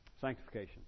sanctification